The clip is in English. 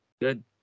Good